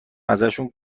ازشون